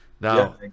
Now